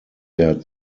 der